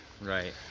Right